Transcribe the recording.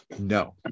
No